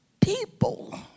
People